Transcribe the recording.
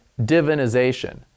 divinization